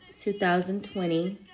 2020